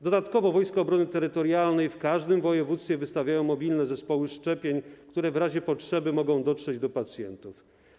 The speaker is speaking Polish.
Dodatkowo Wojska Obrony Terytorialnej w każdym województwie wystawiają mobilne zespoły szczepień, które w razie potrzeby mogą dotrzeć do pacjentów.